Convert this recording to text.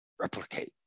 replicate